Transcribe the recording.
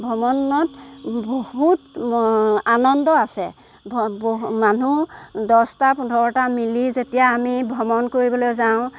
ভ্ৰমণত বহুত আনন্দ আছে মানুহ দহটা পোন্ধৰটা মিলি যেতিয়া আমি ভ্ৰমণ কৰিবলৈ যাওঁ